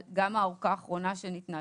גם האורכה האחרונה שניתנה,